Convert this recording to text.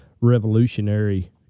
revolutionary